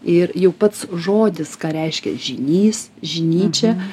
ir jau pats žodis ką reiškia žynys žinyčia